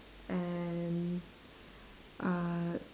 and uh